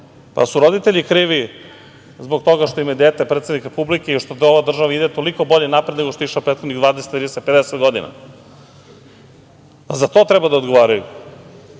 pa jesu roditelji krivi zbog toga što im je dete predsednik Republike i što ova država toliko bolje napreduje, nego što je išla prethodnih 20, 30, 50 godina? Za to treba da odgovaraju,